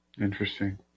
Interesting